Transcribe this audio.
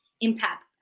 impact